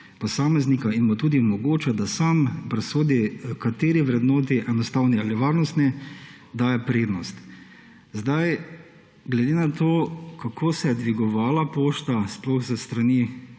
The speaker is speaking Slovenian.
posameznika in mu tudi omogoča, da sam presodi, kateri vrednoti, enostavni ali varnostni, daje prednost.« Glede na to, kako se je dvigovala pošta, sploh s strani